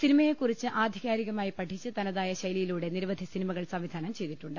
സിനിമയെക്കുറിച്ച് ആധികാരികമായി പഠിച്ച് തനതായ ശൈലിയി ലൂടെ നിരവധി സിനിമകൾ സംവിധാനം ചെയ്തിട്ടുണ്ട്